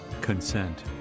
Consent